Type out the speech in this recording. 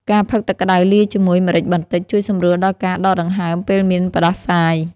ការផឹកទឹកក្តៅលាយជាមួយម្រេចបន្តិច ជួយសម្រួលដល់ការដកដង្ហើមពេលមានផ្តាសាយ។